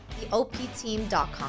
Theopteam.com